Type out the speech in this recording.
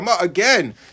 Again